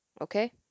okay